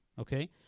okay